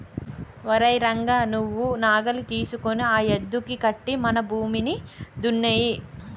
ఓరై రంగ నువ్వు నాగలి తీసుకొని ఆ యద్దుకి కట్టి మన భూమిని దున్నేయి